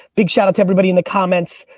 big shout out to everybody in the comments.